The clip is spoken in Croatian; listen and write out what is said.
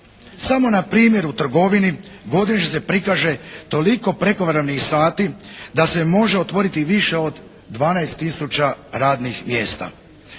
Samo npr. u trgovini godišnje se prikaže toliko prekovremenih sati da se može otvoriti više od 12 tisuća radnih mjesta.